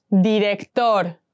Director